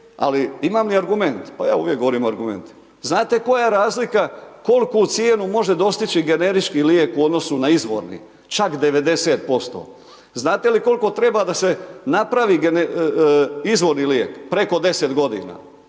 ali imam i argument, pa ja uvijek govorim o argumentima. Znate koja razlika kolku cijenu može dostići generički lijek u odnosu na izvorni, čak 90%. Znate li koliko treba da se napravi izvorni lijek, preko 10 godina,